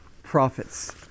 prophets